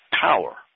power